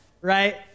right